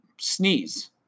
sneeze